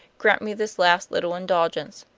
grant me this last little indulgence.